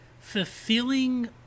fulfilling